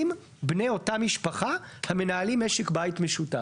בני אותה משפחה המנהלים משק בית משותף.